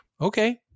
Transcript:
okay